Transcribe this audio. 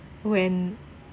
when